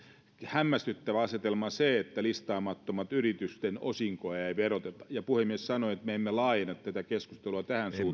hämmästyttävä asetelma se että listaamattomien yritysten osinkoja ei veroteta puhemies sanoi että me emme laajenna tätä keskustelua